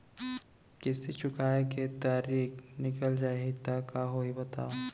किस्ती चुकोय के तारीक निकल जाही त का होही बताव?